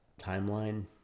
timeline